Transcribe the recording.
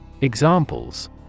Examples